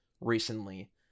recently